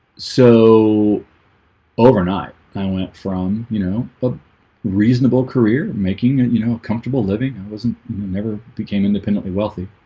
so overnight i went from you know, a reasonable career making it, you know comfortable living. i wasn't never became independently wealthy